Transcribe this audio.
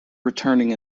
returning